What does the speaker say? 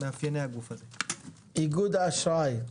איגוד האשראי.